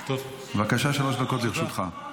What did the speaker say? בבקשה, שלוש דקות לרשותך.